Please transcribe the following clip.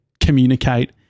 communicate